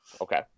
Okay